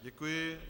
Děkuji.